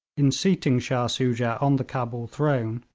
in seating shah soojah on the cabul throne,